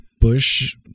Bush